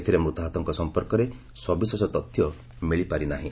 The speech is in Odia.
ଏଥିରେ ମୃତାହତଙ୍କ ସଂପର୍କରେ ସବିଶେଷ ତଥ୍ୟ ମିଳିପାରି ନାହିଁ